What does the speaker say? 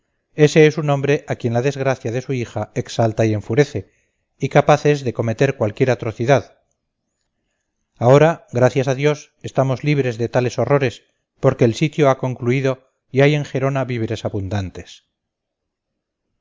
ese es un hombre a quien la desgracia de su hija exalta y enfurece y capaz es de cometer cualquier atrocidad ahora gracias a dios estamos libres de tales horrores porque el sitio ha concluido y hay en gerona víveres abundantes